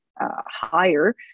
higher